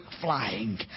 flying